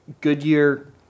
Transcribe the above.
Goodyear